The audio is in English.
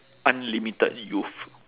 unlimited youth